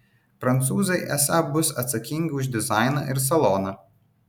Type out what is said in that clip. prancūzai esą bus atsakingi už dizainą ir saloną